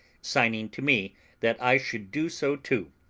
signing to me that i should do so too,